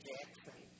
Jackson